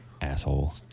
Asshole